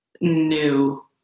new